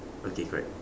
okay correct